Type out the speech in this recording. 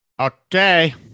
Okay